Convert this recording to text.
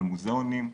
על מוזיאונים,